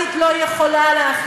מה זה כל המדינה?